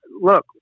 look